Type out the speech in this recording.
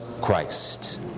Christ